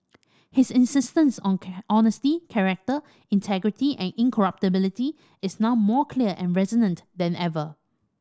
his insistence on on honesty character integrity and incorruptibility is now more clear and resonant than ever